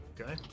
okay